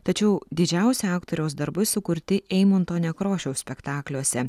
tačiau didžiausi aktoriaus darbai sukurti eimunto nekrošiaus spektakliuose